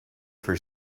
for